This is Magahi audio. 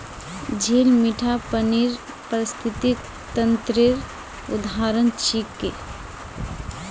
झील मीठा पानीर पारिस्थितिक तंत्रेर उदाहरण छिके